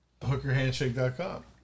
Hookerhandshake.com